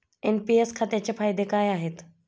NPS खात्याचे फायदे काय आहेत?